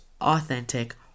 authentic